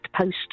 post